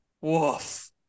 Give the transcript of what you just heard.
Woof